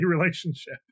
relationship